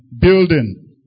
building